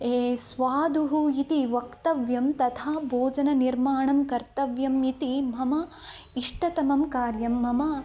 ए स्वादुः इति वक्तव्यं तथा भोजननिर्माणं कर्तव्यम् इति मम इष्टतमं कार्यं मम